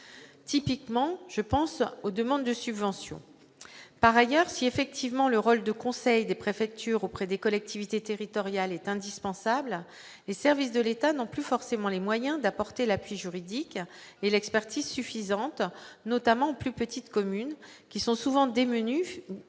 Typiquement, je pense aux demandes de subventions. Par ailleurs, si effectivement le rôle de conseil des préfectures auprès des collectivités territoriales est indispensable, les services de l'État n'ont plus forcément les moyens d'apporter l'appui juridique et l'expertise suffisants, notamment aux plus petites communes, qui sont souvent démunies